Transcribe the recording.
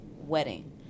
wedding